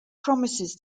promises